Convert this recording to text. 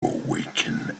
awaken